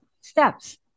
steps